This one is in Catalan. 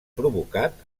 provocat